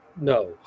no